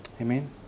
Amen